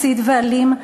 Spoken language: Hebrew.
מסית ואלים,